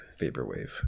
vaporwave